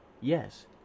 yes